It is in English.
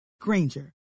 Granger